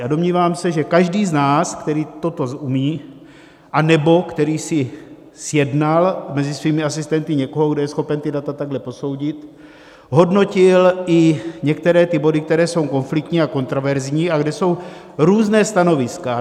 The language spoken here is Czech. A domnívám se, že každý z nás, který toto umí anebo si zjednal mezi svými asistenty někoho, kdo je schopen ta data takto posoudit, hodnotil i některé ty body, které jsou konfliktní a kontroverzní a kde jsou různá stanoviska.